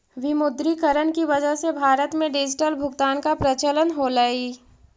विमुद्रीकरण की वजह से भारत में डिजिटल भुगतान का प्रचलन होलई